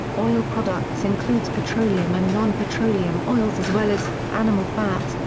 oil products includes petroleum and non-petroleum oils as well as animal fats,